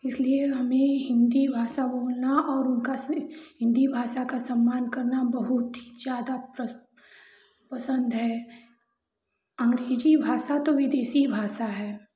इसलिए हमें हिन्दी भाषा बोलना और उनका हिन्दी भाषा का सम्मान करना बहुत ही ज़्यादा प पसन्द है अंग्रेजी भाषा तो विदेशी भाषा है